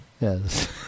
Yes